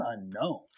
unknown